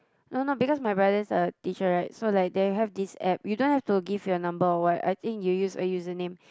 no no because my brothers are teacher right so like they have this app you don't have to give your number or what I think you use a username